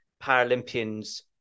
Paralympians